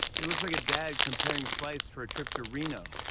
he looks like a dad comparing flights for a trip to reno.